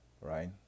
right